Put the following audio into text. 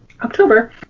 October